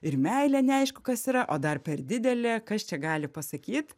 ir meilė neaišku kas yra o dar per didelė kas čia gali pasakyt